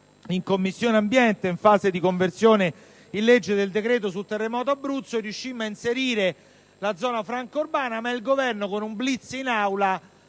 in Commissione ambiente in fase di conversione in legge del decreto sul terremoto Abruzzo, riuscimmo ad inserire la zona franca urbana. Il Governo, però, con un *blitz* in Aula